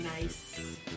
Nice